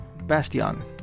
bastion